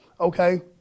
okay